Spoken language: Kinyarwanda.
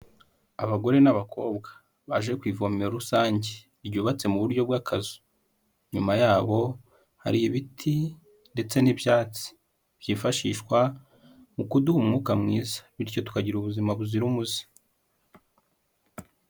Abagore n'abakobwa baje ku ivomero rusange ryubatse mu buryo bw'akazu. Inyuma yabo hari ibiti ndetse n'ibyatsi byifashishwa mu kuduha umwuka mwiza bityo tukagira ubuzima buzira umuze.